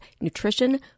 Nutrition